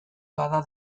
bada